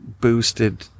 boosted